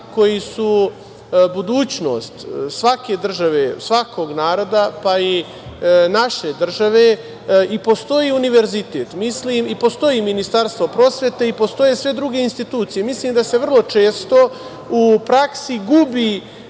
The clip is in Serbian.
koji su budućnost svake države, svakog naroda, pa i naše države i postoji univerzitet i postoji Ministarstvo prosvete i postoje sve druge institucije. Mislim da se vrlo često u praksi gubi